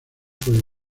puede